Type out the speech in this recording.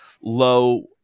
low